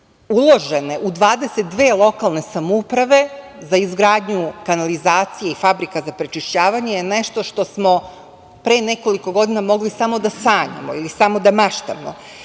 uložene u 22 lokalne samouprave za izgradnju kanalizacije i fabrika za prečišćavanje je nešto što smo pre nekoliko godina mogli samo da sanjamo ili samo da maštamo,